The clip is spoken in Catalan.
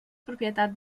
propietat